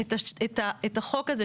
שאת החוק הזה,